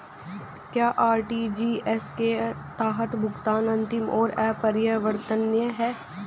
क्या आर.टी.जी.एस के तहत भुगतान अंतिम और अपरिवर्तनीय है?